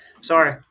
sorry